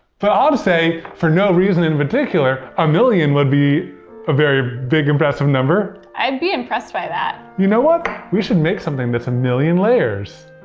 ah to say, for no reason in particular, a million would be a very big impressive number. i'd be impressed by that. you know what? we should make something that's a million layers.